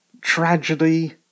tragedy